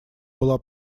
была